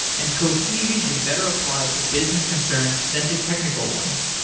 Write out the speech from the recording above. and cohesion is better applied to business concerns than to technical ones.